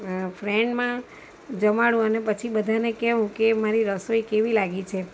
ફ્રેન્ડમાં જમાડું અને પછી બધાને કેહું કે મારી રસોઈ કેવી લાગી છે